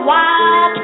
Wild